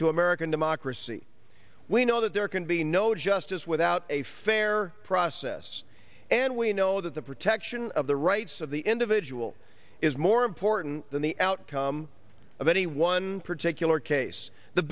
to american democracy we know that there can be no justice without a fair process and we know that the protection of the rights of the individual is more important than the outcome of any one particular case the